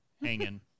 hanging